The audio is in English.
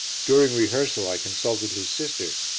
during rehearsal i consulted his sister,